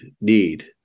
need